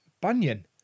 Bunyan